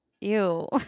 ew